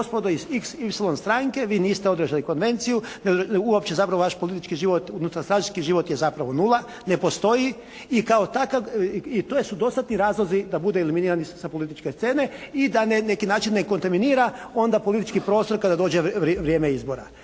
gospodo iz xy stranke, vi niste održali konvenciju, uopće zapravo vaš politički život, unutar stranački život je nula, ne postoji. I kao takav i to su dostatni razlozi da bude eliminiran sa političke scene. I da na neki način ne kontaminira onda politički prostor kada dođe vrijeme izbora.